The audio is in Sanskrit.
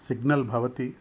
सिग्नल् भवति